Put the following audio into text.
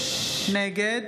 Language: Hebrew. נגד